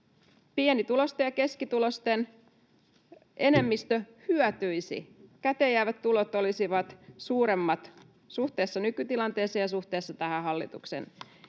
pienituloisten ja keskituloisten enemmistö hyötyisi: käteenjäävät tulot olisivat suuremmat suhteessa nykytilanteeseen ja suhteessa tähän hallituksen esitykseen.